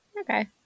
Okay